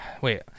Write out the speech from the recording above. Wait